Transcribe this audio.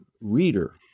reader